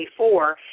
24